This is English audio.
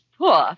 poor